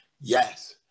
yes